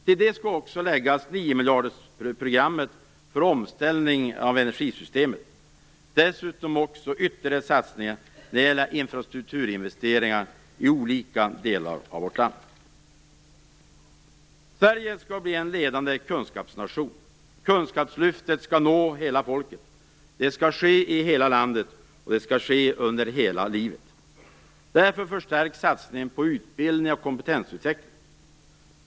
Till det skall också läggas niomiljardersprogrammet för omställning av energisystemet, dessutom också ytterligare satsningar när det gäller infrastrukturinvesteringar i olika delar av vårt land. Sverige skall bli en ledande kunskapsnation. Kunskapslyftet skall nå hela folket. Det skall ske i hela landet, och det skall ske under hela livet. Därför förstärks satsningen på utbildning och kompetensutveckling.